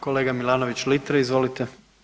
Kolega Milanović Litre, izvolite.